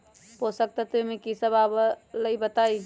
पोषक तत्व म की सब आबलई बताई?